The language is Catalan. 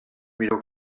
mireu